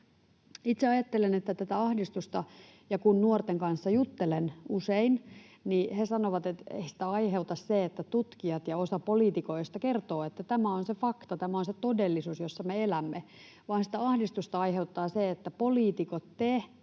Itse ajattelen ja kun nuorten kanssa juttelen usein, niin he sanovat, että ei tätä ahdistusta aiheuta se, että tutkijat ja osa poliitikoista kertovat, että tämä on se fakta, tämä on se todellisuus, jossa me elämme, vaan sitä ahdistusta aiheuttaa se, että poliitikot, te,